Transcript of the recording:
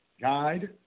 Guide